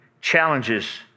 challenges